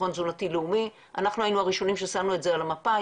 אנחנו היינו הראשונים ששמנו את זה על המפה.